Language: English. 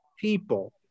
people